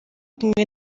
kumwe